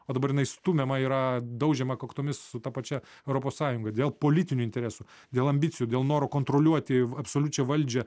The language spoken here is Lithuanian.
o dabar jinai stumiama yra daužiama kaktomis su ta pačia europos sąjunga dėl politinių interesų dėl ambicijų dėl noro kontroliuoti absoliučią valdžią